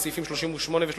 בסעיפים 38 ו-39,